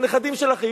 עם הנכדים שלכם,